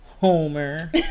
Homer